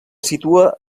situa